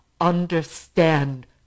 understand